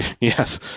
Yes